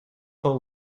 full